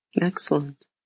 Excellent